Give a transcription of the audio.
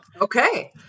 Okay